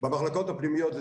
במחלקות הפנימיות.